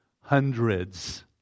Hundreds